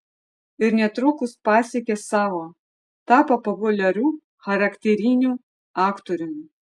ir netrukus pasiekė savo tapo populiariu charakteriniu aktoriumi